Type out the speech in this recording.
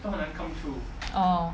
orh